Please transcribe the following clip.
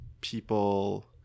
people